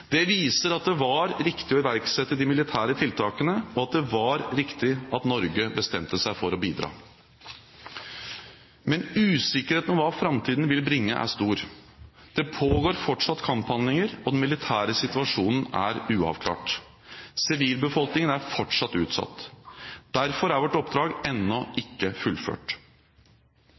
Det viser at det var riktig å iverksette de militære tiltakene, og at det var riktig av Norge å bidra. Men usikkerheten om hva framtiden vil bringe, er stor. Det pågår fortsatt kamphandlinger, og den militære situasjonen er uavklart. Sivilbefolkningen er fortsatt utsatt. Derfor er vårt oppdrag ennå ikke fullført.